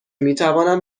میتوانم